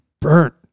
burnt